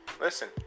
Listen